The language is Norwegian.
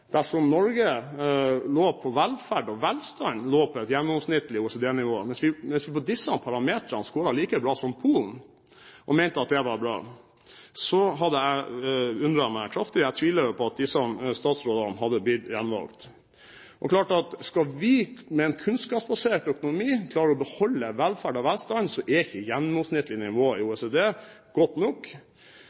dersom Norge når det gjaldt velferd og velstand, lå på et gjennomsnittlig OECD-nivå. Hvis vi på disse parameterne skåret like bra som Polen og mente at det var bra, hadde jeg undret meg kraftig. Jeg tviler på at disse statsrådene hadde blitt gjenvalgt. Det er klart at skal vi med en kunnskapsbasert økonomi klare å beholde velferd og velstand, er ikke gjennomsnittlig nivå i OECD godt nok.